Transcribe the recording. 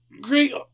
great